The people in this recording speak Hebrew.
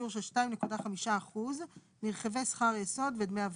מחושב לפי עלות ביטוח דמי מחלה בשיעור 2.5% מרכיבי שכר יסוד ודמי הבראה,